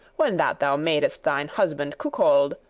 when that thou madest thine husband cuckold,